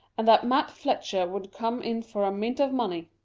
and that mat fletcher would come in for a mint of money.